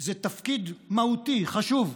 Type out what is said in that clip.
זה תפקיד מהותי, חשוב,